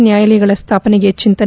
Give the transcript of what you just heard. ನ್ಯಾಯಾಲಯಗಳ ಸ್ಯಾಪನೆಗೆ ಚಿಂತನೆ